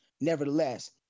Nevertheless